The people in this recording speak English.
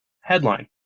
Headline